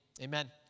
Amen